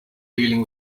dealing